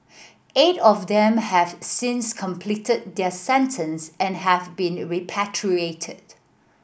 eight of them have since completed their sentence and have been repatriated